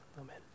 Amen